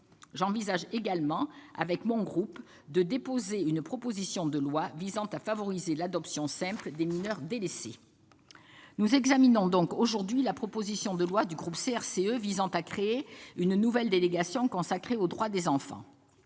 J'envisage également avec mon groupe de déposer une proposition de loi visant à favoriser l'adoption simple des mineurs délaissés. Nous examinons donc aujourd'hui la proposition de loi du groupe CRCE visant à créer une nouvelle délégation parlementaire consacrée aux droits des enfants.